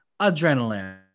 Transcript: adrenaline